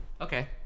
Okay